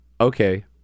Okay